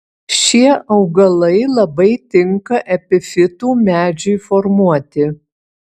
šie augalai labai tinka epifitų medžiui formuoti